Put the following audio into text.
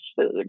food